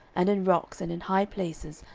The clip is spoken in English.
and in rocks, and in high places,